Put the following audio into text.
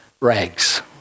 rags